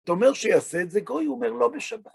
אתה אומר שיעשה את זה גוי, הוא אומר, לא בשבת.